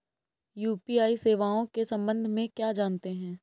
UPI सेवाओं के संबंध में क्या जानते हैं?